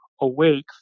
awake